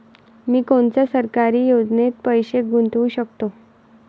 मी कोनच्या सरकारी योजनेत पैसा गुतवू शकतो?